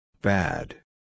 Bad